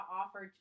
offer